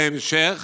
בהמשך